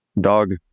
Dog